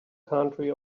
country